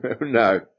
no